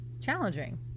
challenging